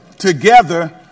together